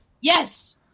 Yes